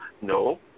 No